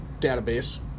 Database